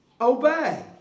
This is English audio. obey